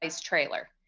trailer